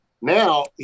Now